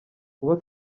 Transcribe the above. kuba